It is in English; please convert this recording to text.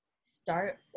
start